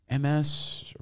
MS